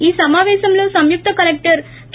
ఈ సమాపేశంలో సంయుక్త కలెక్టర్ కె